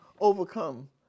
overcome